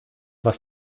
was